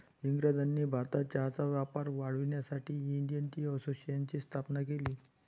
इंग्रजांनी भारतात चहाचा वापर वाढवण्यासाठी इंडियन टी असोसिएशनची स्थापना केली